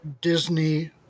Disney